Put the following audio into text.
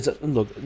look